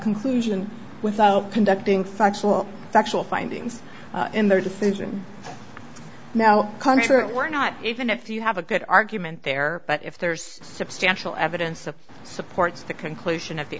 conclusion without conducting factual factual findings in their decision now we're not even if you have a good argument there but if there's substantial evidence supports the conclusion f